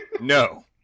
No